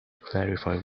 clarify